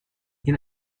این